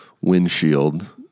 windshield